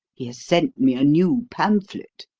he has sent me a new pamphlet.